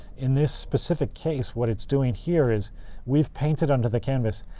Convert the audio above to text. in this specific case, what it's doing here is we've painted under the canvas,